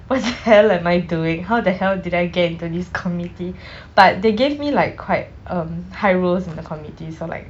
what the hell am I doing how the hell did I get into this committee but they gave me like quite um high roles in the committee so like